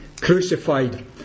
crucified